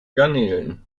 garnelen